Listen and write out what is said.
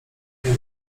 mnie